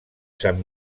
sant